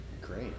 Great